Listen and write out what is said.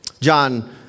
John